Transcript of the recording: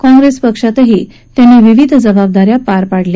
कांग्रेस पक्षातही त्यांनी विविध जबाबदाऱ्या पार पडल्या